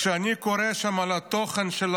כשאני קורא שם על התוכן של הדברים,